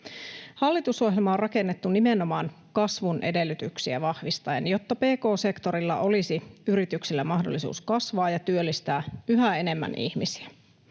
Hallitusohjelma on rakennettu nimenomaan kasvun edellytyksiä vahvistaen, jotta pk-sektorilla olisi yrityksillä mahdollisuus kasvaa ja työllistää yhä enemmän ihmisiä.